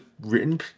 written